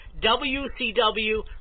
WCW